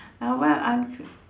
uh why I